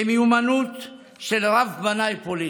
במיומנות של רב-בנאי פוליטי.